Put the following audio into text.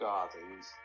Gardens